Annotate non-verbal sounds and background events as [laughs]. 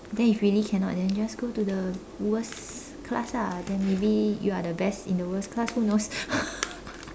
then if really cannot then just go to the worst class ah then maybe you are the best in the worst class who knows [laughs]